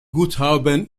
guthaben